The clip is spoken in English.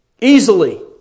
easily